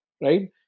right